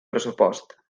pressupost